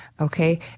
Okay